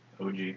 Og